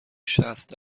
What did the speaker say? شصت